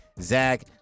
Zach